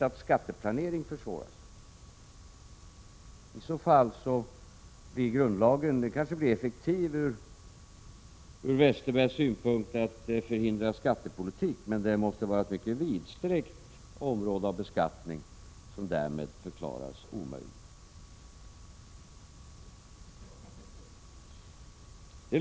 En sådan grundlagsbestämmelse som man talar om kanske skulle bli effektiv från Bengt Westerbergs synpunkt att förhindra skattepolitik, men det måste vara beskattning på ett mycket vidsträckt område som därmed förklaras omöjlig.